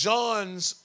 John's